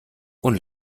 und